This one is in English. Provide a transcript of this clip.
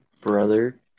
brother